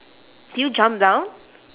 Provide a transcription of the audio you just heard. did you jump down